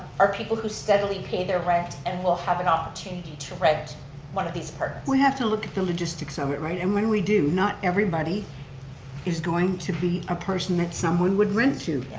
are people who steadily pay their rent and will have an opportunity to rent one of these apartments. we have to look at the logistics of it, right. and when we do not everybody is going to be a person that someone would rent to. yeah